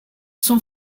son